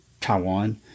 Taiwan